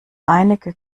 einige